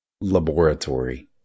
laboratory